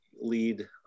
lead